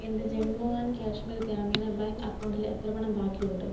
എൻ്റെ ജമ്മു ആൻഡ് കശ്മീർ ഗ്രാമീണ ബാങ്ക് അക്കൗണ്ടിൽ എത്ര പണം ബാക്കിയുണ്ട്